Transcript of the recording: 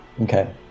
Okay